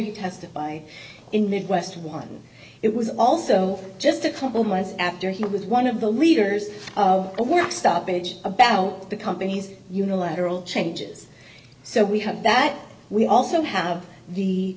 he testified in midwest one it was also just a couple months after he was one of the leaders of a work stoppage about the company's unilateral changes so we have that we also have the